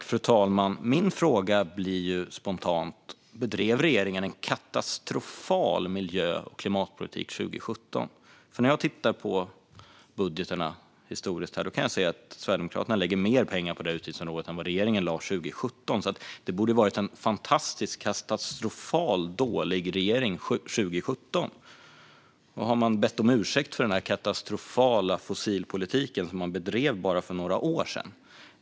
Fru talman! Min fråga blir då spontant: Bedrev regeringen en katastrofal miljö och klimatpolitik 2017? När jag tittar på budgetarna historiskt kan jag se att Sverigedemokraterna lägger mer pengar på utgiftsområdet än vad regeringen lade 2017. Det borde ha varit en fantastiskt katastrofalt dålig regering 2017. Har man bett om ursäkt för den katastrofala fossilpolitik som man bedrev för bara några år sedan?